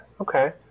okay